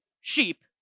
sheep